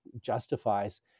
justifies